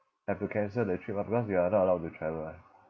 have to cancel the trip ah because we are not allowed to travel [what]